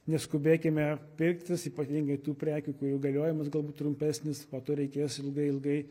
neskubėkime pirktis ypatingai tų prekių kurių galiojimas galbūt trumpesnis po to reikės ilgai ilgai